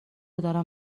دارم